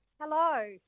Hello